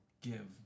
give